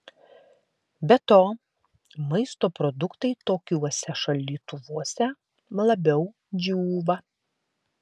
be to maisto produktai tokiuose šaldytuvuose labiau džiūva